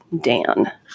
Dan